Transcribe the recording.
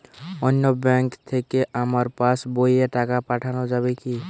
অন্য ব্যাঙ্ক থেকে আমার পাশবইয়ে টাকা পাঠানো যাবে কি?